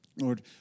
Lord